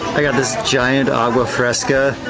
i got this giant agua fresca.